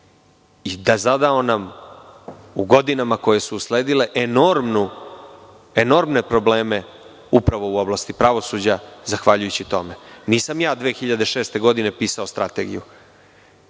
i zadao nam, u godinama koje su usledile, enormne probleme upravo u oblasti pravosuđa zahvaljujući tome. Nisam ja u 2006. godini pisao strategiju,